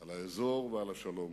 על האזור ועל השלום.